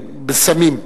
בשמים.